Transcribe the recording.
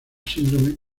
síndrome